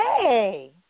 Hey